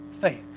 Faith